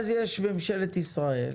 יש את ממשלת ישראל,